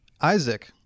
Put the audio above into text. Isaac